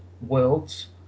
Worlds